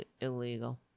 illegal